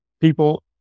people